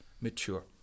mature